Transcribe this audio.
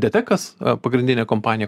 detekas pagrindinė kompanija